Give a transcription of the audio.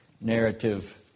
narrative